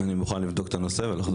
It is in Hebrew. אני מוכן לבדוק את הנושא ולחזור אליכם.